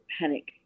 panic